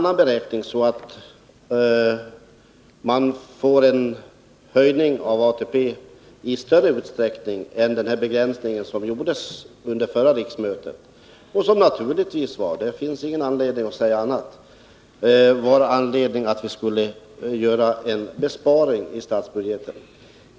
Anledningen till denna begränsning var självfallet att åstadkomma besparingar i statsbudgeten.